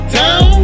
town